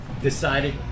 decided